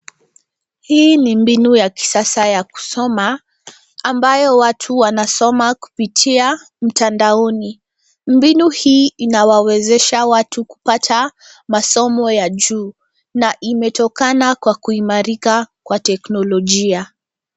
Hii ni mbinu ya kisasa ya kusoma ambayo watu wanasoma kupitia mtandaoni. Mbinu hii inawawezesha watu kupata masomo ya juu na imetokana kwa kuimarika kwa teknolojia.